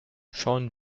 schauen